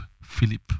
Philip